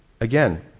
again